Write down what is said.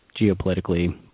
geopolitically